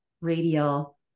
radial